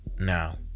now